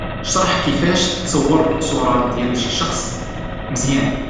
اشرح كيفاش تصور صورة لشي شخص مزيان.